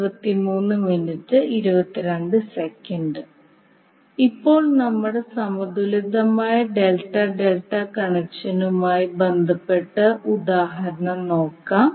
ഇപ്പോൾ നമ്മുടെ സമതുലിതമായ ഡെൽറ്റ ഡെൽറ്റ കണക്ഷനുമായി ബന്ധപ്പെട്ട ഉദാഹരണം നോക്കാം